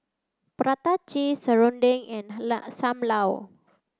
prata cheese serunding and sam lau